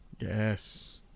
Yes